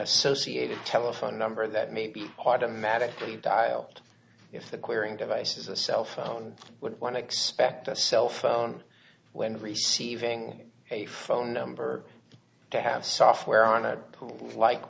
associated telephone number that may be automatically dial if the quirin device is a cell phone would want to expect a cell phone when receiving a phone number to have software on a tool like